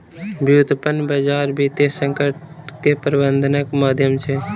व्युत्पन्न बजार वित्तीय संकट के प्रबंधनक माध्यम छै